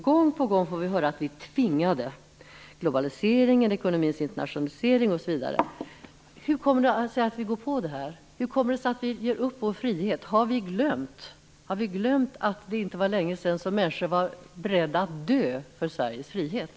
Gång på gång får vi höra att vi är tvingade, på grund av globaliseringen, ekonomins internationalisering osv. Hur kommer det sig att vi går på det här? Hur kommer det sig att vi ger upp vår frihet? Har vi glömt att det inte var länge sedan som människor var beredda att dö för Sveriges frihet?